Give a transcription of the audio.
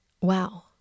Wow